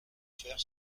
faire